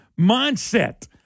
mindset